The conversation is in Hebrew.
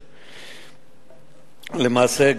למעשה,